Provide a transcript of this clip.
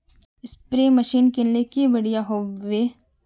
Spray machine किनले की बढ़िया होबवे?